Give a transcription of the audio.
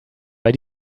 bei